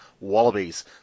Wallabies